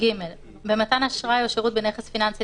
(ג)במתן אשראי או שירות בנכס פיננסי,